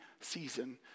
season